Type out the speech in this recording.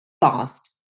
fast